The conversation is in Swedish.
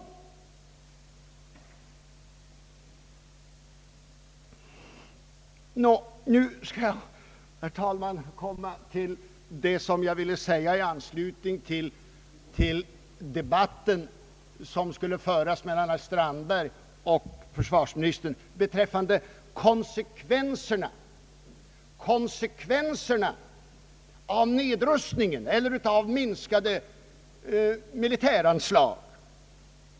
Nu skall jag, herr talman, komma till det som jag ville säga i anslutning till debatten som skulle föras mellan herr Strandberg och försvarsministern beträffande konsekvenserna av minskade militäranslag.